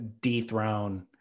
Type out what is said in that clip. dethrone